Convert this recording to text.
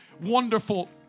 wonderful